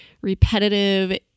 repetitive